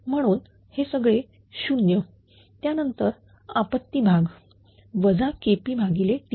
म्हणून हे सगळे 0 आणि त्यानंतर आपत्ती भाग KPTP गुणिले PL